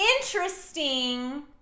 interesting